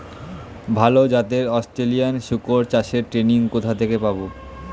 ভালো জাতে অস্ট্রেলিয়ান শুকর চাষের ট্রেনিং কোথা থেকে পাব?